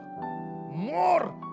more